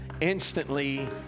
Instantly